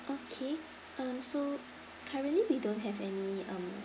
okay um so currently we don't have any um